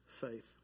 faith